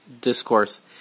discourse